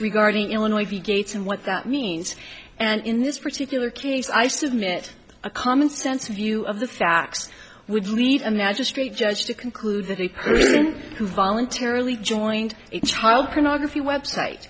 regarding illinois v gates and what that means and in this particular case i submit a commonsense view of the facts would lead a magistrate judge to conclude that he can voluntarily joined a child pornography web site